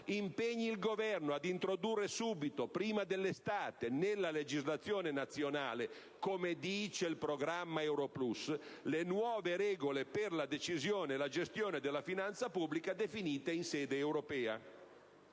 impegni il Governo ad introdurre subito, prima dell'estate, nella legislazione nazionale, come dice il Patto euro plus, le nuove regole per la decisione e la gestione della finanza pubblica definite in sede europea.